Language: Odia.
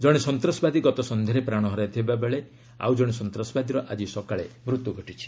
ଜଣେ ସନ୍ତାସବାଦୀ ଗତ ସନ୍ଧ୍ୟାରେ ପ୍ରାଣ ହରାଇଥିବାବେଳେ ଆଉ ଜଣେ ସନ୍ତାସବାଦୀର ଆକି ସକାଳେ ମୃତ୍ୟୁ ହୋଇଛି